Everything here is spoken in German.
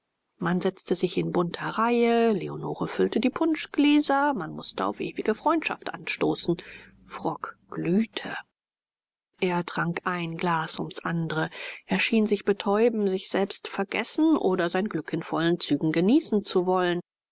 man setzte sich in bunter reihe leonore füllte die punschgläser man mußte auf ewige freundschaft anstoßen frock glühte er trank ein glas ums andere er schien sich betäuben sich selbst vergessen oder sein glück in vollen zügen genießen zu wollen